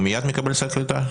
הוא מייד מקבל סל קליטה?